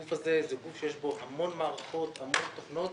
בגוף הזה יש המון מערכות, המון תוכנות.